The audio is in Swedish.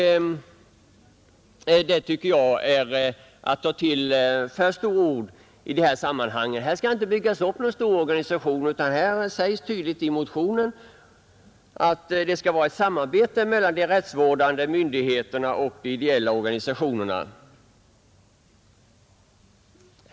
Det tycker jag emellertid är att ta till för starka ord i sammanhanget. Här skall inte byggas upp någon stor organisation. Det sägs tydligt i motionen att det skall förekomma ett samarbete mellan de rättsvårdande myndigheterna och de ideella organisationerna.